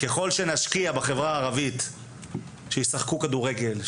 ככל שנשקיע בחברה הערבית שישחקו כדורגל,